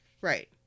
Right